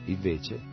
Invece